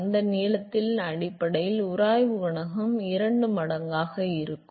அந்த நீளத்தின் அடிப்படையில் உராய்வு குணகத்தின் இருமடங்காக இருக்கும்